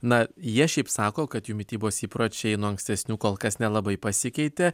na jie šiaip sako kad jų mitybos įpročiai nuo ankstesnių kol kas nelabai pasikeitė